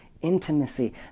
intimacy